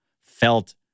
felt